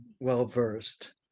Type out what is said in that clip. well-versed